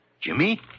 Jimmy